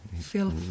Feel